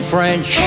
French